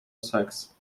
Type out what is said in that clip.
sex